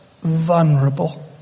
vulnerable